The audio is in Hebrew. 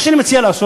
מה שאני מציע לעשות,